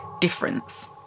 difference